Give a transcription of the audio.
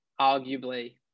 arguably